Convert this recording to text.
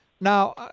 Now